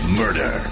murder